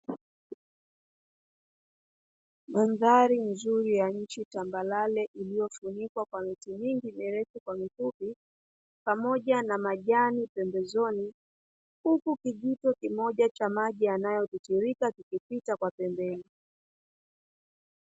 Mandhari nzuri ya nchi tambarare iliyofunikwa kwa miti mingi mirefu kwa mifupi, pamoja na majani pembezoni, huku kijito kimoja cha maji yanayotiririka kikipita kwa pembeni.